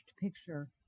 picture